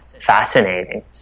fascinating